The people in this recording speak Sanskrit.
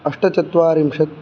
अष्टचत्वारिंशत्